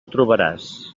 trobaràs